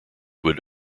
would